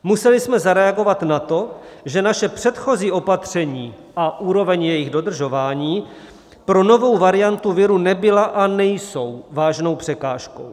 Museli jsme zareagovat na to, že naše předchozí opatření a úroveň jejich dodržování pro novou variantu viru nebyla a nejsou vážnou překážkou.